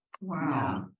Wow